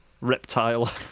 Reptile